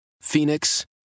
Phoenix